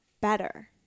better